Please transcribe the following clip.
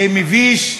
זה מביש.